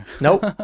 Nope